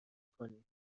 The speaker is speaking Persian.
کنیم